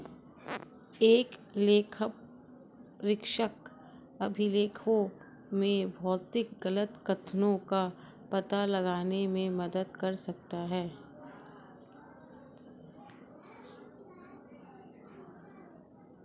एक लेखापरीक्षक अभिलेखों में भौतिक गलत कथनों का पता लगाने में मदद कर सकता है